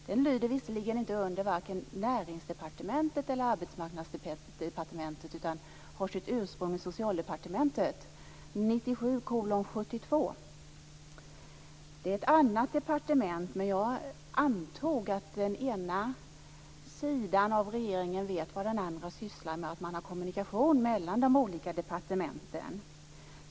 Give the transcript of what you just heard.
Bakom den står visserligen varken Näringsdepartementet eller Arbetsmarknadsdepartementet, utan den har sitt ursprung i Socialdepartementet, och dess huvudbetänkande har beteckningen SOU 1997:72. Även om det är fråga om ett annat departement har jag utgått från att den ena sidan av regeringen vet vad den andra sysslar med och att man har kommunikation mellan de olika departementen.